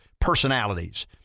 personalities